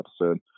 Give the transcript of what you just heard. episode